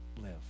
live